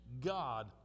God